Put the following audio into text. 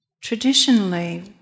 traditionally